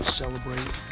celebrate